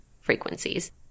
frequencies